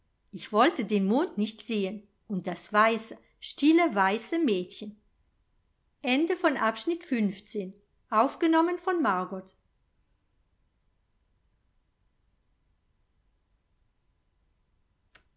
ich wollte den mond nicht sehen und das weiße stille weiße mädchen